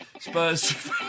Spurs